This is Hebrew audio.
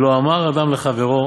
ולא אמר אדם לחברו